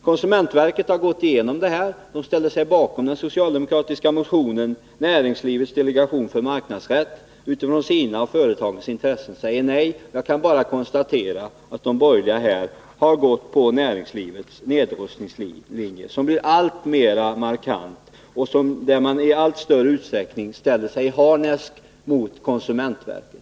Konsumentverket har gått igenom det här förslaget och ställer sig bakom den socialdemokratiska motionen, medan Näringslivets delegation för marknadsrätt utifrån sina och företagarnas intressen säger nej. Jag kan bara konstatera att de borgerliga har följt näringslivets nedrustningslinje, som blir alltmer markant och där man i allt större utsträckning ställer sig i harnesk mot konsumentverket.